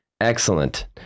Excellent